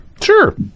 Sure